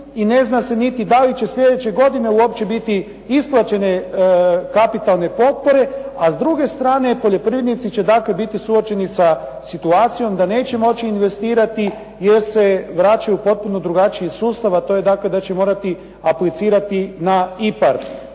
i ne zna se da li će sljedeće godine uopće biti isplaćene kapitalne potpore. A s druge strane poljoprivrednici će biti suočeni sa situacijom da neće moći investirati jer se vraćaju u potpuno drugačiji sustav, a to je dakle da će morati aplicirati na IPARD.